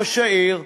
ראש העיר,